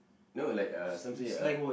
no like uh some say uh